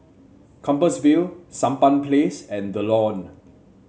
Compassvale Sampan Place and The Lawn